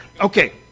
Okay